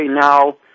now